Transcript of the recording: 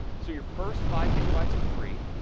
so, your first five gigabytes are free,